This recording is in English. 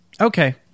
okay